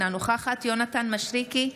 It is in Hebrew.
אינה נוכחת יונתן מישרקי,